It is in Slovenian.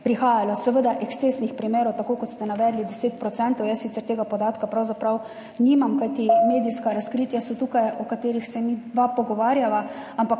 Seveda ekscesnih primerov, tako kot ste navedli, 10 %. Jaz sicer tega podatka pravzaprav nimam, kajti tukaj so medijska razkritja, o katerih se midva pogovarjava.